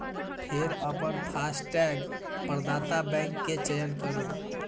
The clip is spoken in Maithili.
फेर अपन फास्टैग प्रदाता बैंक के चयन करू